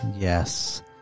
yes